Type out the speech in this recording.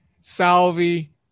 Salvi